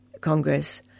Congress